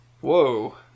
Whoa